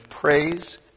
praise